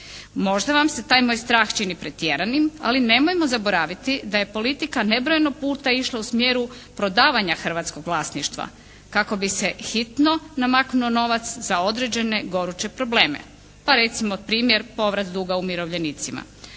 Možda vam se taj moj strah čini pretjeranim, ali nemojmo zaboraviti da je politika nebrojeno puta išla u smjeru prodavanja hrvatskog vlasništva kako bi se hitno namaknuo novac za određene goruće probleme. Pa recimo primjer povrat duga umirovljenicima,